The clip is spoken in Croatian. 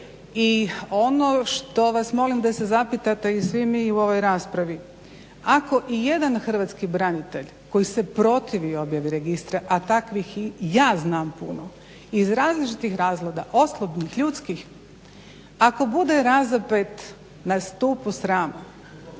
I ono što vas molim da se zapitate i svi mi u ovoj raspravi ako i jedan hrvatski branitelj koji se protivi objavi registra, a takvih ja znam puno iz različitih razloga, osobnih, ljudskih ako bude razapet na stupu srama,